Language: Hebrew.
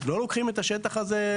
לא לקוחים את השטח הזה,